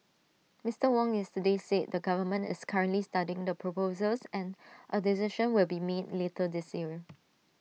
Mister Wong yesterday said the government is currently studying the proposals and A decision will be made later this year